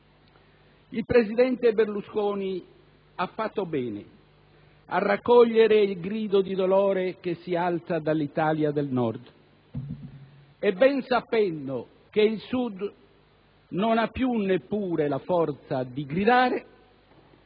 Il presidente Berlusconi ha fatto bene a raccogliere il grido di dolore che si leva dall'Italia del Nord e, ben sapendo che il Sud non ha più neppure la forza di gridare,